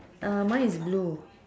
uh mine is blue